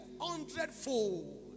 hundredfold